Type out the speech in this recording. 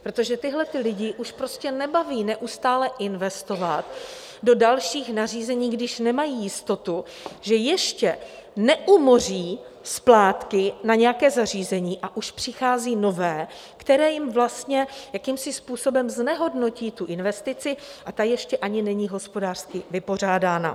Protože tyhlety lidi už prostě nebaví neustále investovat do dalších nařízení, když nemají jistotu, že ještě neumoří splátky na nějaké zařízení, a už přichází nové, které jim vlastně způsobem znehodnotí investici, a ta ještě ani není hospodářsky vypořádána.